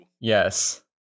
yes